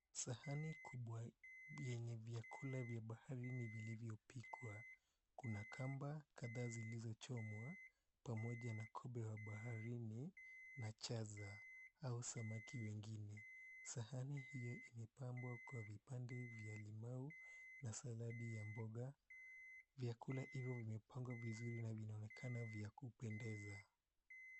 Sahani kubwa yenye vyakula vya baharini vilivyopikwa. Kuna kamba kadhaa zilizochomwa pamoja na kobe wa baharini na chaza au samaki wengine. Sahani hiyo imepambwa kwa vipande vya limau na saladi ya mboga. Vyakula hivyo vimepangwa vizuri na vinaonekana vya kupendeza.